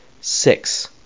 Six